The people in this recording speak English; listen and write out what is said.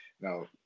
Now